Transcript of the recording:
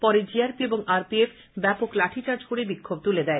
পরে জিআরপি ও আরপিএফ ব্যাপক লাঠিচার্জ করে বিক্ষোভ তুলে দেয়